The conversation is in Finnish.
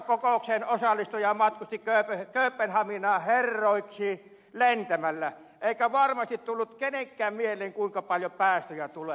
toistakymmentätuhatta kokoukseen osallistujaa matkusti kööpenhaminaan herroiksi lentämällä eikä varmasti tullut kenenkään mieleen kuinka paljon päästöjä tulee